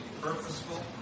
purposeful